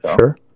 Sure